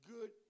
good